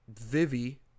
Vivi